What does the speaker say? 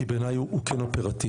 כי בעיניי הוא כן אופרטיבי.